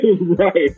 Right